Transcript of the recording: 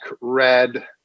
red